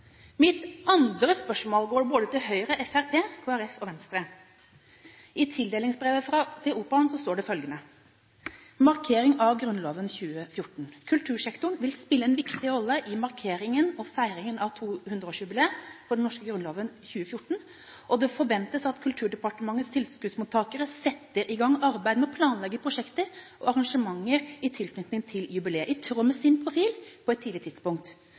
Mitt andre spørsmål går både til Høyre, Fremskrittspartiet, Kristelig Folkeparti og Venstre. I tildelingsbrevet til Operaen står det følgende: «Markering av Grunnloven i 2014. Kultursektoren vil spille en viktig rolle i markeringen og feiringen av 200-årsjubileet for den norske Grunnloven i 2014, og det forventes at Kulturdepartementets tilskuddsmottakere setter i gang arbeid med å planlegge prosjekter og arrangementer i tilknytning til jubileet, i tråd med sin profil på et tidlig tidspunkt.